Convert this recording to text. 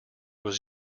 was